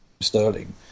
Sterling